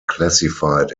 classified